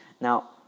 Now